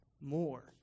more